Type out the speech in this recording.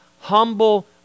humble